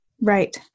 Right